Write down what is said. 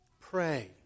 Pray